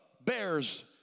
bears